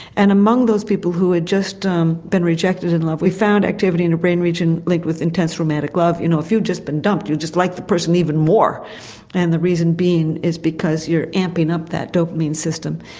and among those people who had just um been rejected in love we found activity in the brain region linked with intense romantic love you know if you've just been dumped you dislike like the person even more and the reason being is because your amping up that dopamine system.